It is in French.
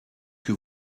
que